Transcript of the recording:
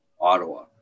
Ottawa